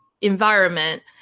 environment